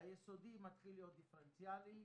היסודי מתחיל להיות דיפרנציאלי,